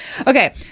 Okay